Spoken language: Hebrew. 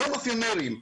אלה המאפיונרים.